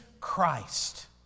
Christ